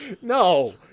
no